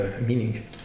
meaning